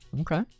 okay